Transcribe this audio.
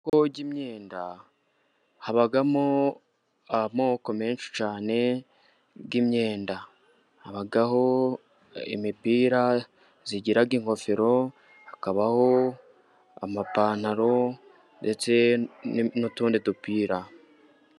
Ku isoko ry'imyenda, habamo amoko menshi cyane y'imyenda habaho imipira igira ingofero, hakabaho amapantaro ndetse n'utundi dupira.